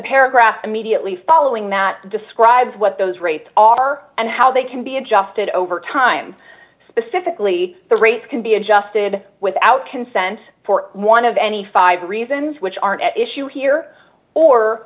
paragraph immediately following that describes what those rates are and how they can be adjusted over time specifically the rates can be adjusted without consent for one of any five reasons which aren't at issue here or